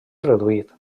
reduït